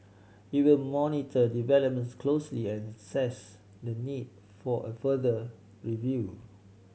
it will monitor developments closely and assess the need for a further review